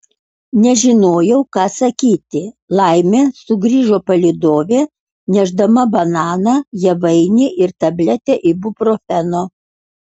nežinojau ką sakyti laimė sugrįžo palydovė nešdama bananą javainį ir tabletę ibuprofeno